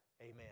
amen